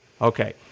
Okay